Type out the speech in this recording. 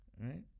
Right